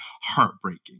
heartbreaking